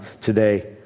today